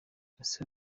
ese